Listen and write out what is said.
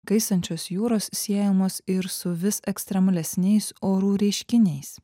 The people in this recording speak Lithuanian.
kaistančios jūros siejamos ir su vis ekstremalesniais orų reiškiniais